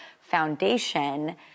Foundation